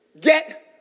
get